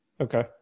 Okay